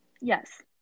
Yes